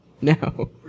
No